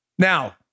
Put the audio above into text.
Now